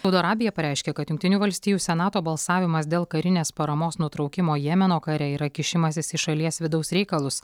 saudo arabija pareiškė kad jungtinių valstijų senato balsavimas dėl karinės paramos nutraukimo jemeno kare yra kišimasis į šalies vidaus reikalus